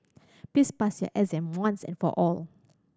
please pass your exam once and for all